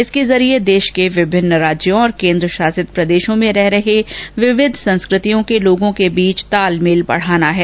इसके जरिए देश के विभिन्न राज्यों और केन्द्र शासित प्रदेशों में रह रहे विविघ संस्कृतियों के लोगों के बीच ताल मेल बढ़ाना है